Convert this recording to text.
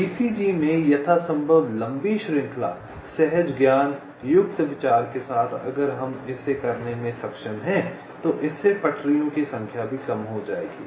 VCG में यथासंभव लंबी श्रृंखला सहज ज्ञान युक्त विचार के साथ कि अगर हम इसे करने में सक्षम हैं तो इससे पटरियों की संख्या भी कम हो जाएगी